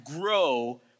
grow